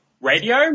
Radio